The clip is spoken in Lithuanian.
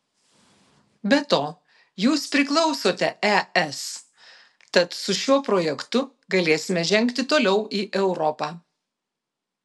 be to jūs priklausote es tad su šiuo projektu galėsime žengti toliau į europą